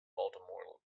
baltimore